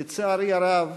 לצערי הרב,